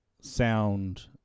sound